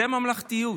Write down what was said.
הוא ממלכתיות.